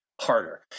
harder